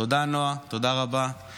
תודה, נעה, תודה רבה.